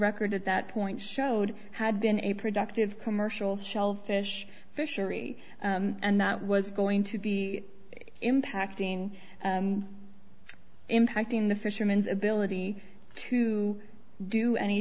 record at that point showed had been a productive commercial shellfish fishery and that was going to be impacting impacting the fishermen's ability to do any